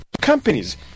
companies